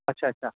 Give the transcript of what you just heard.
اچھا اچھا